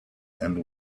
and